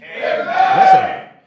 Listen